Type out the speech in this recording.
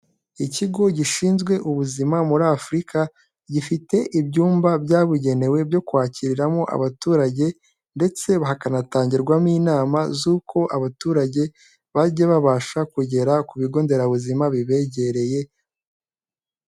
Ikigo gishinzwe ubuzima muri Afurika, gifite ibyumba byabugenewe byo kwakiriramo abaturage ndetse hakanatangirwamo inama z'uko abaturage bajya babasha kugera ku Bigo Nderabuzima bibegereye.